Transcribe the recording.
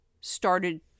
started